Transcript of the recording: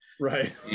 Right